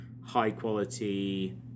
high-quality